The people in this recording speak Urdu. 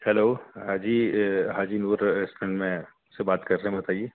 ہیلو حاجی حاجی نور ریسٹورینٹ میں سے بات کر رہے ہیں بتائیے